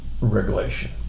regulation